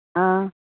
ꯑꯥ